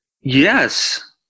Yes